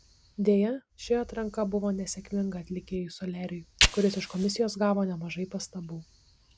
deja ši atranka buvo nesėkminga atlikėjui soliariui kuris iš komisijos gavo nemažai pastabų